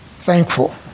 thankful